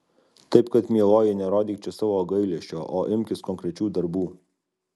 taip kad mieloji nerodyk čia savo gailesčio o imkis konkrečių darbų